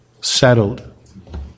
settled